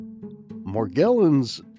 Morgellons